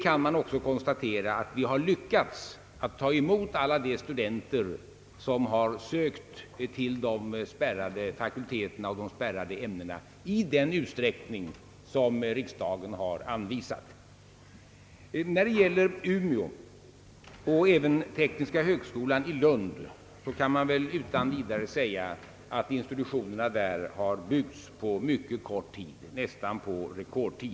Man kan också konstatera att vi har lyckats att ta emot alla de studenter som sökt till de spärrade fakulteterna och ämnena, i den utsträckning som riksdagen har anvisat. När det gäller Umeå och även tekniska högskolan i Lund kan man väl utan vidare säga att institutionerna där har byggts mycket snabbt, nästan på rekordtid.